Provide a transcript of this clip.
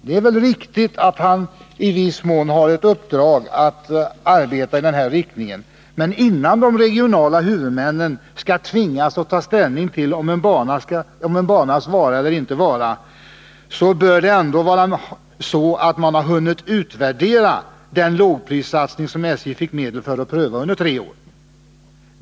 Det är väl riktigt att han i viss mån har i uppdrag att arbeta i den riktning det gäller, men innan de regionala huvudmännen skall tvingas ta ställning till en banas vara eller inte vara, bör man ändå ha hunnit utvärdera den lågprissatsning som SJ fick medel till att pröva under tre år.